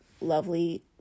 lovely